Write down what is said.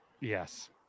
Yes